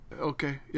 Okay